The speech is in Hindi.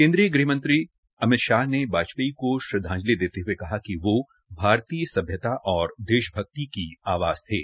केन्द्रीय गृह मंत्री अमित शाह ने वाजपयी को श्रद्वांजलि देते हये कहा कि वो भारतीय सभ्यता और देशभक्ति की आवाज़ थे